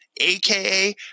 aka